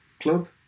club